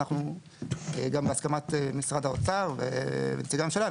גם בהסכמת משרד האוצר ונציגי הממשלה,